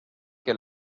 que